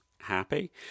happy